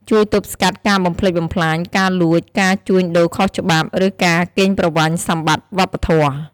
ជួយទប់ស្កាត់ការបំផ្លិចបំផ្លាញ ការលួច ការជួញដូរខុសច្បាប់ ឬការកេងប្រវ័ញ្ចសម្បត្តិវប្បធម៌។